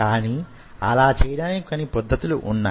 కానీ అలా చేయడానికి కొన్ని పద్ధతులు ఉన్నాయి